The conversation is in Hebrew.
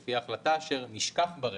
על פי ההחלטה שתתקבל "אשר נשכח ברכב".